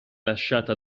lasciata